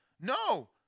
No